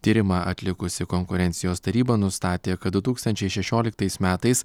tyrimą atlikusi konkurencijos taryba nustatė kad du tūkstančiai šešioliktais metais